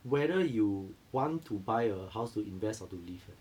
whether you want to buy a house to invest or to live eh